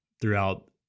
throughout